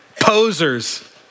posers